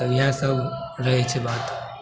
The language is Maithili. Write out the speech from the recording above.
तब इएह सब रहै छै बात